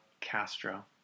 Castro